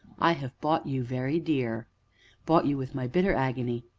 i have bought you very dear bought you with my bitter agony,